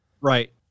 Right